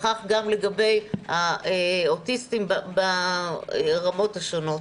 וכך גם לגבי האוטיסטים ברמות השונות.